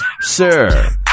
Sir